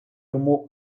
йому